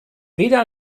weder